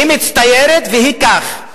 היא מצטיירת והיא כך,